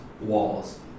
walls